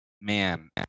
man